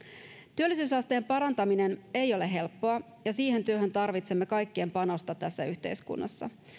työllisyysasteen parantaminen ei ole helppoa ja siihen työhön tarvitsemme kaikkien panosta tässä yhteiskunnassa